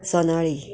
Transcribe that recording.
सोनाळी